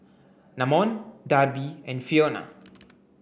Namon Darby and Fiona